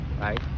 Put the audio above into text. right